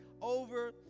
over